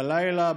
בלילה,